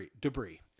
debris